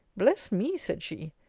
bless me! said she,